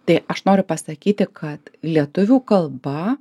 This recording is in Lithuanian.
tai aš noriu pasakyti kad lietuvių kalba